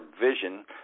Vision